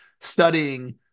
studying